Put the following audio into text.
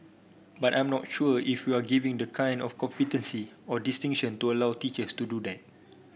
but I'm not sure if we're giving the kind of competency or distinction to allow teachers to do that